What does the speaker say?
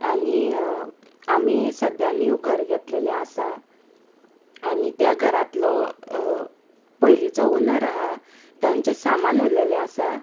आनी आमी सद्या नीव घर घेतलेले आसा आनी त्या घरांतलो पयलीचो ओनर आहा तांचें सामान उरलेलें आसा